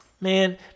man